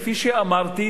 כפי שאמרתי,